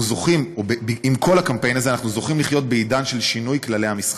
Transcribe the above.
אנחנו זוכים לחיות בעידן של שינוי כללי המשחק.